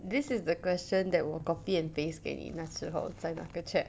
this is the question that will copy and paste 给你那时候在那个 chat